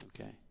Okay